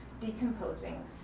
decomposing